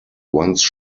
once